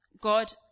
God